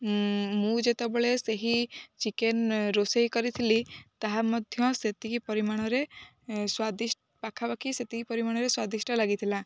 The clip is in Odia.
ମୁଁ ଯେତେବେଳେ ସେହି ଚିକେନ ରୋଷେଇ କରିଥିଲି ତାହା ମଧ୍ୟ ସେତିକି ପରିମାଣରେ ସ୍ୱାଦିଷ୍ଟ ପାଖାପାଖି ସେତିକି ପରିମାଣରେ ସ୍ୱାଦିଷ୍ଟ ଲାଗିଥିଲା